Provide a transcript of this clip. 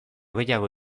gehiago